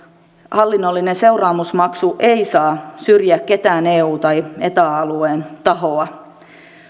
hallinnollinen seuraamusmaksu ei saa syrjiä ketään eu tai eta alueen tahoa